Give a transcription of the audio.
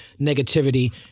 negativity